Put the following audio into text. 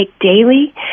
daily